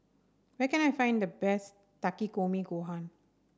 where can I find the best Takikomi Gohan